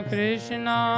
Krishna